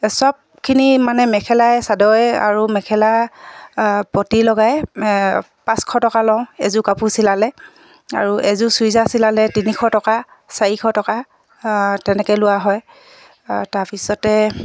চবখিনি মানে মেখেলাই চাদৰে আৰু মেখেলা পতি লগাই পাঁচশ টকা লওঁ এযোৰ কাপোৰ চিলালে আৰু এযোৰ চুইদাৰ চিলালে তিনিশ টকা চাৰিশ টকা তেনেকৈ লোৱা হয় তাৰ পিছতে